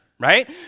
Right